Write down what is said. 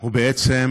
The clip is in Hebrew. הוא בעצם